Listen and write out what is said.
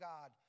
God